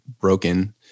broken